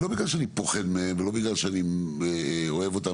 לא בגלל שאני פוחד מהם ולא בגלל שאני אוהב אותם,